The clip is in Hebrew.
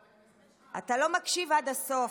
אתה לא מקשיב עד הסוף.